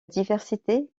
diversité